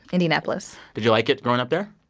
indianapolis did you like it growing up there?